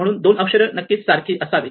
म्हणून 2 अक्षरे नक्कीच सारखी असावे